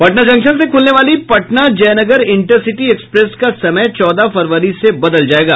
Patna junction से खुलने वाली पटना जयनगर इंटरसिटी एक्सप्रेस का समय चौदह फरवरी से बदल जायेगा